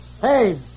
Hey